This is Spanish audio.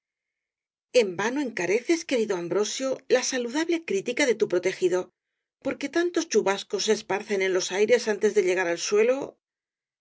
en vano encareces querido ambrosio la saludable crítica de tu protegido porque tantos chubascos se esparcen en los aires antes de llegar al suelo